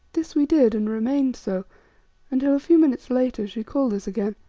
this we did, and remained so until, a few minutes later, she called us again.